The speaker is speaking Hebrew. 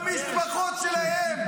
למשפחות שלהם?